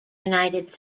united